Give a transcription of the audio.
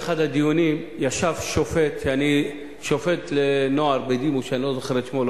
באחד הדיונים ישב שופט לנוער בדימוס שאני לא זוכר את שמו,